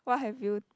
what have you